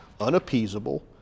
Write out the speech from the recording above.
unappeasable